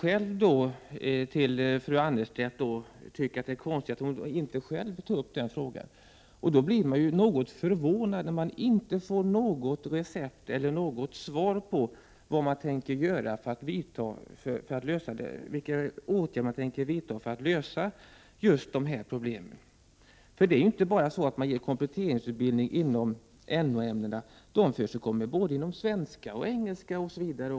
Jag tycker att det var konstigt att fru Annerstedt inte tog upp den frågan. Det är därför förvånande att något svar på vilka åtgärder regeringen tänker vidta för att lösa just dessa problem inte ges. Kompletteringsutbildning ges inte bara i naturorienterande ämnen utan förekommer också beträffande svenska, engelska osv.